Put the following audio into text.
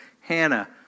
Hannah